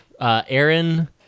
Aaron